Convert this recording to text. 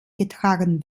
getragen